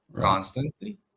constantly